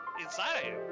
Inside